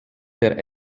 der